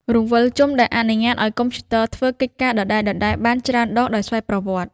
រង្វិលជុំ ដែលអនុញ្ញាតឱ្យកុំព្យូទ័រធ្វើកិច្ចការដដែលៗបានច្រើនដងដោយស្វ័យប្រវត្តិ។